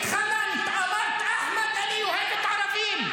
התחננת, אמרת: אחמד, אני אוהבת ערבים.